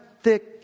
thick